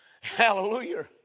Hallelujah